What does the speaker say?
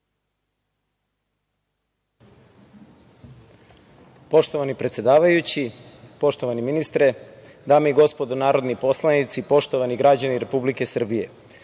Poštovani predsedavajući, poštovani ministre, dame i gospodo narodni poslanici, poštovani građani Republike Srbije,